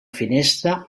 finestra